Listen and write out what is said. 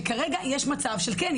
שכרגע יש מצב שכן,